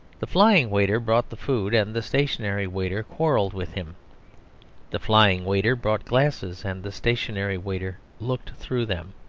the flying waiter brought the food and the stationary waiter quarrelled with him the flying waiter brought glasses and the stationary waiter looked through them.